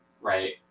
right